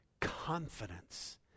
confidence